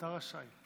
אתה רשאי.